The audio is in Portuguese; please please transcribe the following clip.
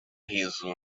riso